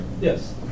Yes